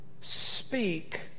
speak